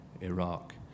Iraq